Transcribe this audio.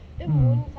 mm